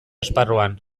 esparruan